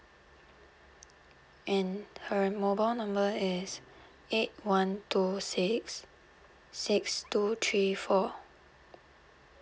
and her mobile number is eight one two six six two three four